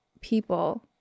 people